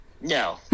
No